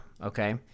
Okay